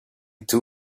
too